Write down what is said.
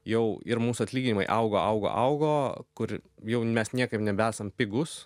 jau ir mūsų atlyginimai augo augo augo kur jau mes niekaip nebesam pigūs